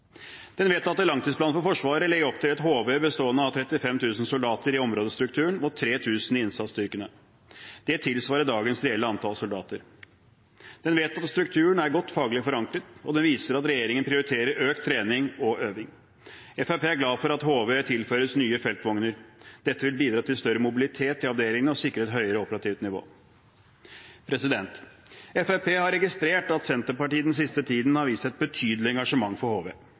Den vedtatte langtidsplanen for Forsvaret legger opp til et HV bestående av 35 000 soldater i områdestrukturen og 3 000 i innsatsstyrkene. Det tilsvarer dagens reelle antall soldater. Den vedtatte strukturen er godt faglig forankret, og den viser at regjeringen prioriterer økt trening og øving. Fremskrittspartiet er glad for at HV tilføres nye feltvogner. Dette vil bidra til større mobilitet i avdelingen og sikre et høyere operativt nivå. Fremskrittspartiet har registrert at Senterpartiet den siste tiden har vist et betydelig engasjement for HV.